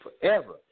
forever